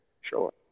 sure